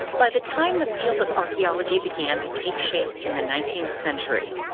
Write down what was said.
by the time the field of archaeology began to take shape in the nineteenth century,